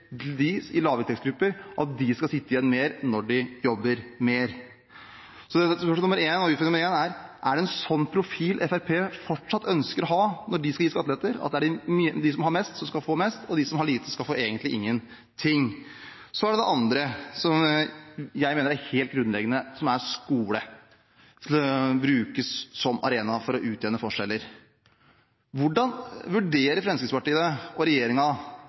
at lavinntektsgrupper skal sitte igjen med mer når de jobber mer. Spørsmål nr. én – og utfordring nr. én – er: Er det en slik profil Fremskrittspartiet fortsatt ønsker å ha når de skal gi skattelette, at det er de som har mest, som skal få mest, og at de som har lite, egentlig skal få ingenting? Det andre, som jeg mener er helt grunnleggende, er å bruke skolen som arena for å utjevne forskjeller. Hvordan vurderer Fremskrittspartiet og